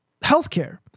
Healthcare